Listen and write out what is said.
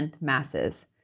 masses